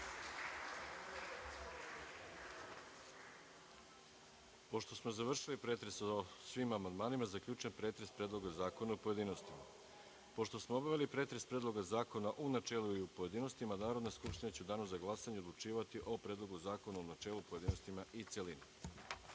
Pošto smo završili pretres o svim amandmanima, zaključujem pretres Predloga zakona u pojedinostima. Pošto smo obavili pretres Predloga zakona u načelu i u pojedinostima, Narodna skupština će u danu za glasanje odlučivati o Predlogu zakona u načelu, pojedinostima i u